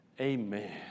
Amen